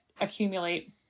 accumulate